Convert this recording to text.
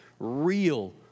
real